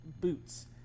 boots